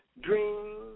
Dream